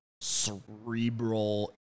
cerebral